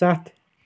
سَتھ